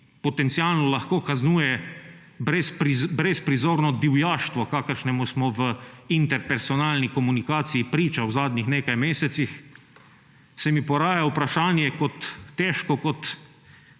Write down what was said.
potencialno lahko kaznuje brezprizorno divjaštvo, kakršnemu smo v interpersonalni komunikaciji priča v zadnjih nekaj mesecih, se mi poraja vprašanje, težko kot svinčena